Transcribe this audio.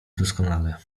doskonale